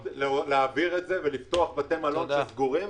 ולפתוח בתי מלון סגורים.